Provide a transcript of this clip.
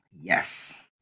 Yes